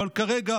אבל כרגע